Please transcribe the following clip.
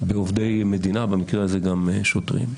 במקרה הזה גם שוטרים,